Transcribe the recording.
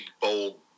bold